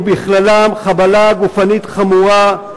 ובכללם חבלה גופנית חמורה,